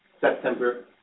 September